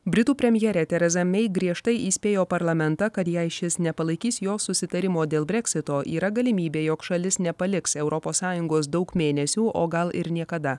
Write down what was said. britų premjerė tereza mei griežtai įspėjo parlamentą kad jei šis nepalaikys jo susitarimo dėl breksito yra galimybė jog šalis nepaliks europos sąjungos daug mėnesių o gal ir niekada